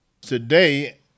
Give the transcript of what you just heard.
Today